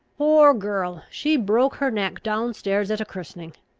poor girl! she broke her neck down stairs at a christening.